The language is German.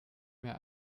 mehr